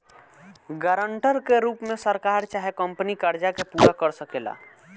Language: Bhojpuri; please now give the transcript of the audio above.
गारंटर के रूप में सरकार चाहे कंपनी कर्जा के पूरा कर सकेले